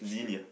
Xenia